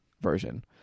version